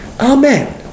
amen